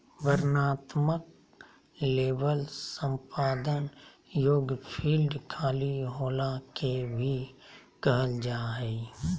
वर्णनात्मक लेबल संपादन योग्य फ़ील्ड खाली होला के भी कहल जा हइ